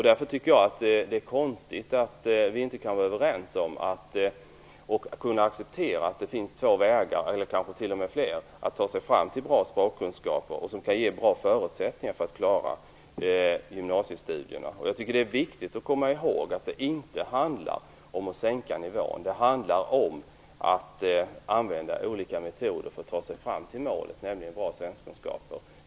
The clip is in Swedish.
Därför är det konstigt att vi inte kan vara överens om att acceptera att det finns två vägar, eller t.o.m. flera, att ta sig fram till bra språkkunskaper och som kan ge bra förutsättningar för att klara gymnasiestudierna. Det är viktigt att komma ihåg att det inte handlar om att sänka nivån. Det handlar om att använda olika metoder för att ta sig fram till målet, nämligen bra svenskkunskaper.